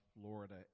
Florida